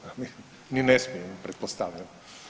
Ni ne smijem pretpostavljam.